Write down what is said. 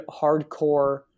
hardcore